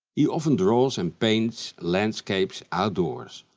he often draws and paints landscapes outdoors,